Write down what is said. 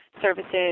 services